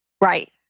Right